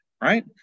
right